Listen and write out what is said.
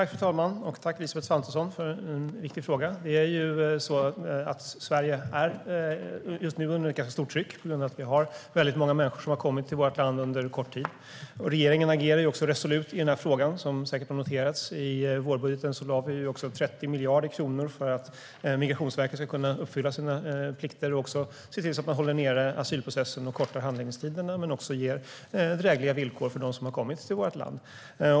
Fru talman! Tack, Elisabeth Svantesson, för en viktig fråga! Sverige är just nu under ett ganska stort tryck på grund av att vi har väldigt många människor som har kommit till vårt land under en kort tid. Regeringen agerar också resolut i den här frågan, som säkert har noterats. I vårbudgeten lade vi 30 miljarder kronor för att Migrationsverket ska kunna uppfylla sina plikter. Det handlar om asylprocessen och om att korta handläggningstiderna men också om att ge drägliga villkor för dem som har kommit till vårt land.